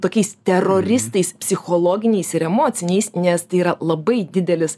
tokiais teroristais psichologiniais ir emociniais nes tai yra labai didelis